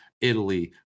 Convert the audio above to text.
Italy